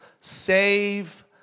save